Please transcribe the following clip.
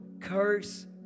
curse